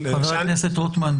חבר הכנסת רוטמן.